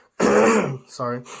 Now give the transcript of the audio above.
sorry